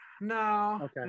no